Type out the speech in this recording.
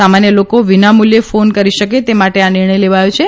સામાન્ય લોકો વિનામૂલ્ચે ફોન કરી શકે તે માટે આ નિર્ણય લેવાયો છે